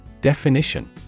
Definition